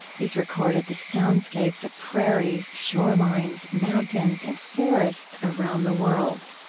he's recorded the soundscapes of prairies, shorelines, mountains, and forests around the world.